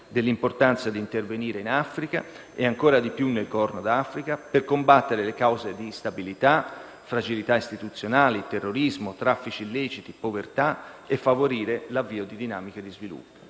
dell'importanza di intervenire in Africa, e ancor più nel Corno d'Africa, per combattere le cause dell'instabilità - fragilità istituzionali, terrorismo, traffici illeciti, povertà - e favorire l'avvio di dinamiche di sviluppo.